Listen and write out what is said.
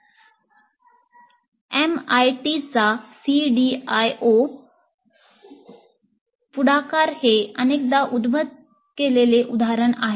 MIT चा CDIO गर्भधारणा design अंमलबजावणी ऑपरेट पुढाकार हे अनेकदा उद्धृत केलेले उदाहरण आहे